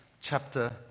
chapter